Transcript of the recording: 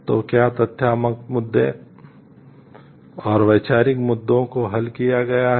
तो क्या तथ्यात्मक मुद्दे और वैचारिक मुद्दों को हल किया गया है